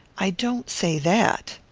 i don't say that.